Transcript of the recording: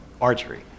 archery